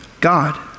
God